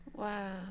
Wow